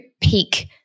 peak